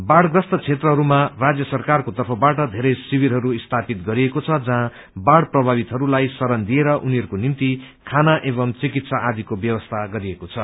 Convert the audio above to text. बाढ़ ग्रस्त क्षेत्रहरूमा राज्य सरकारको तर्फबाट धेरै शिविरहरू स्थापित गरिएको छ जहाँ बाढ़ प्रभावितहरूलाई शरण दिएर उनीहरूको निम्ति खाना एवं चिकित्सा आदिको व्यवस्था गरिएको छ